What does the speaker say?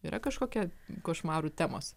yra kažkokia košmarų temos